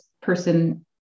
person